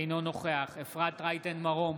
אינו נוכח אפרת רייטן מרום,